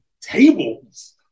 tables